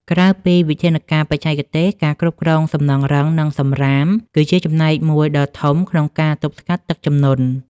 ក្រៅពីវិធានការបច្ចេកទេស ការគ្រប់គ្រងសំណង់រឹង និងសំរាម គឺជាចំណែកមួយដ៏ធំក្នុងការទប់ស្កាត់ទឹកជំនន់។